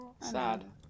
Sad